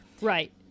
Right